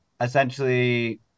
essentially